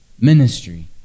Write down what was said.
ministry